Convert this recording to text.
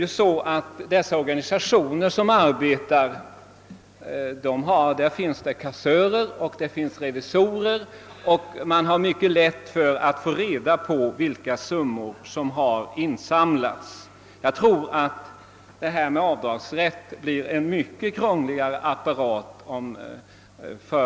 I dessa organisationer finns det kassörer och revisorer, och det är myc ket lätt att få reda på vilka summor som har insamlats. Jag tror att en avdragsrätt kommer att kräva en mycket krångligare apparat.